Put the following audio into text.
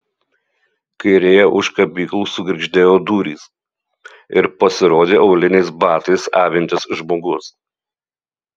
kairėje už kabyklų sugirgždėjo durys ir pasirodė auliniais batais avintis žmogus